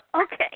Okay